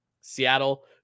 Seattle